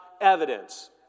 evidence